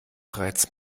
bereits